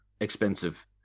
expensive